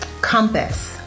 compass